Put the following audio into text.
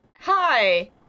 hi